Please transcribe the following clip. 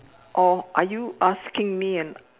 or are you asking me an